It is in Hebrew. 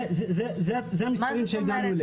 אלה המספרים שהגענו אליהם.